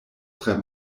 tre